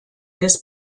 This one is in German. des